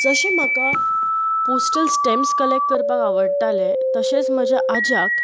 जशें म्हाका postal stamps collect करपाक आवडटाले तशेंच म्हज्या आज्याक